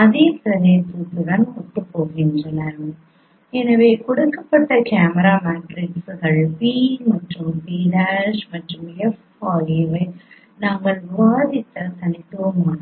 அந்த பிரதிநிதித்துவத்துடன் ஒத்துப்போகின்றன எனவே கொடுக்கப்பட்ட கேமரா மேட்ரிக்ஸ்கள் P மற்றும் P' மற்றும் F ஆகியவை நாங்கள் விவாதித்த தனித்துவமானது